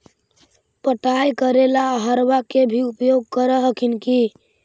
पटाय करे ला अहर्बा के भी उपयोग कर हखिन की?